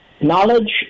knowledge